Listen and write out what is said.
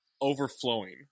overflowing